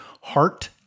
heart